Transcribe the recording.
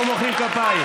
הצבעה.